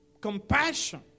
compassion